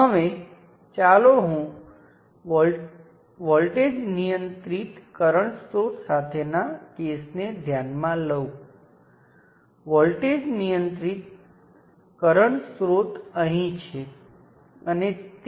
હવે કારણ કે આમાં કરંટ શૂન્ય છે હું તેને કાપી શકું અને તેને મારી સર્કિટમાંથી દૂર કરી શકું છું